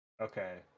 okay